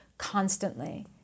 constantly